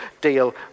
deal